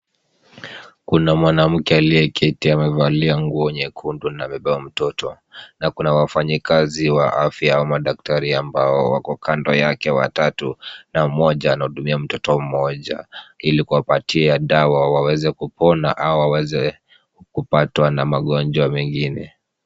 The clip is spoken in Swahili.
Kuna mwanamke aliyeketi amevalia nguo nyekundu na amebeba mtoto na kuna wafanyikazi wa afya au madaktari ambao wako kando yake watatu na mmoja anahudumia mtoto mmoja ili kuwapatia dawa waweze kupona au waweze kupatwa na magonjwa mengine.